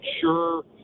sure